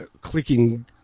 clicking